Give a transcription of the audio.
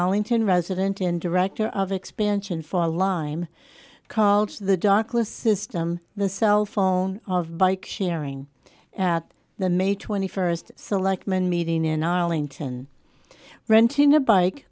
arlington resident and director of expansion for a line called the doc list system the cell phone of bike sharing at the may twenty first selectman meeting in arlington renting a bike